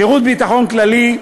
שירות הביטחון הכללי,